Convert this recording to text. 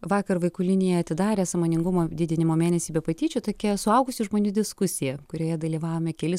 vakar vaikų linija atidarė sąmoningumo didinimo mėnesį be patyčių tokia suaugusių žmonių diskusija kurioje dalyvavome keli